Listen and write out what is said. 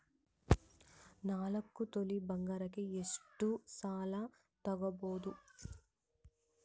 ನಾಲ್ಕು ತೊಲಿ ಬಂಗಾರಕ್ಕೆ ಎಷ್ಟು ಸಾಲ ತಗಬೋದು?